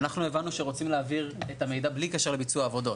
אנחנו הבנו שרוצים להעביר את המידע בלי קשר לביצוע עבודות.